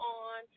on